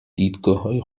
دیدگاههای